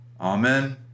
Amen